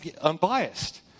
unbiased